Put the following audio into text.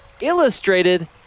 Illustrated